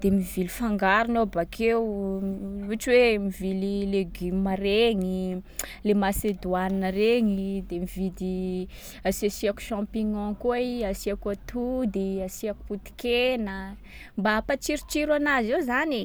De mivily fangarony aho bakeo, ohatry hoe mivily legioma regny, le macédoine regny. De mividy- asiasiàko champignon koa i, asiàko atody, asiàko poti-kena. Mba hampatsirotsiro anazy eo zany e.